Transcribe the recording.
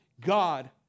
God